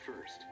first